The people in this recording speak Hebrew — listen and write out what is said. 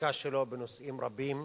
השתיקה שלו בנושאים רבים,